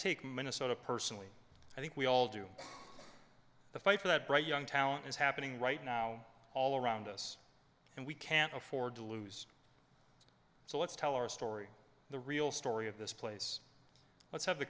take minnesota personally i think we all do the fight for that bright young talent is happening right now all around us and we can't afford to lose so let's tell our story the real story of this place let's have the